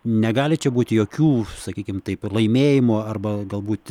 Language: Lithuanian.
negali čia būti jokių sakykim taip laimėjimų arba galbūt